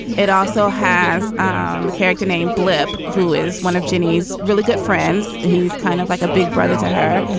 it also has um a character named blip, who is one of jenny's really good friends. he's kind of like a big brother to her.